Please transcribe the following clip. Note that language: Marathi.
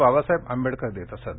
बाबासाहेब आंबेडकर देत असत